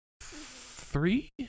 three